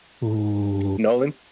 nolan